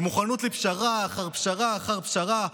במוכנות לפשרה אחר פשרה אחר פשרה,